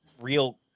real